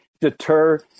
deter